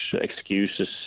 excuses